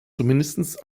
zumindest